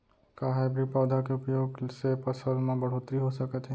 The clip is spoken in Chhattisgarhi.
का हाइब्रिड पौधा के उपयोग से फसल म बढ़होत्तरी हो सकत हे?